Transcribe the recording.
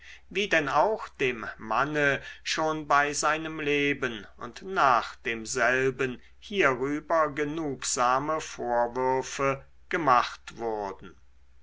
wie denn auch dem manne schon bei seinem leben und nach demselben hierüber genugsame vorwürfe gemacht wurden